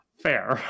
fair